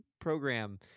program